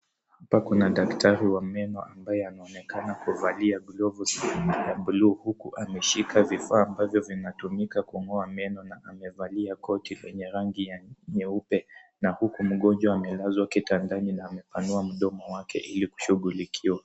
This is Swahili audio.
Hapa kuna daktari wa meno ambaye anaonekana akivalia glovu ya buluu huku ameshika vifaa ambavyo vinatumika kungoa meno na amevalia koti lenye rangi ya nyeupe na huku mgonjwa amelala kitandani na amepanua mdomo wake ili kushugulikiwa.